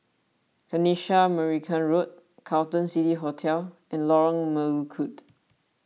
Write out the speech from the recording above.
Kanisha Marican Road Carlton City Hotel and Lorong Melukut